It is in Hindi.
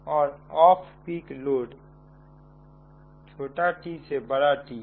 और ऑफ पीक लोड t से T है